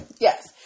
yes